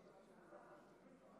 ההצבעה: 50 חברי כנסת